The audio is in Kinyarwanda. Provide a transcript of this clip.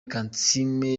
kansiime